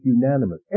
unanimous